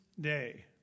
day